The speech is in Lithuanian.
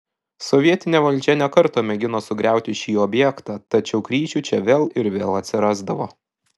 sovietinė valdžia ne kartą mėgino sugriauti šį objektą tačiau kryžių čia vėl ir vėl atsirasdavo